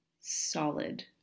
solid